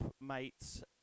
mates